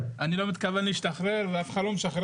מציע יחד